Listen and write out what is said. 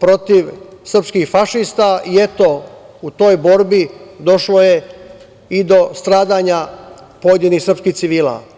protiv srpskih fašista i eto, u toj borbi došlo je i do stradanja pojedinih srpskih civila.